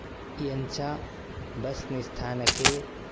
इयञ्च bus निस्थानके